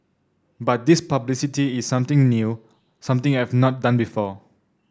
but this publicity is something new something I've not done before